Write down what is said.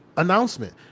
Announcement